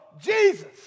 Jesus